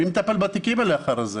מי יטפל בתיקים האלה לאחר מכן?